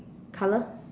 color